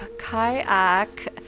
kayak